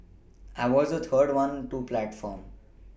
I was the third one to platform